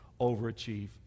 overachieve